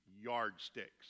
yardsticks